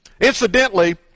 Incidentally